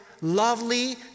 lovely